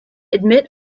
admit